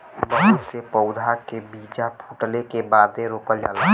बहुत से पउधा के बीजा फूटले के बादे रोपल जाला